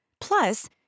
Plus